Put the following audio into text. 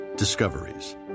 Discoveries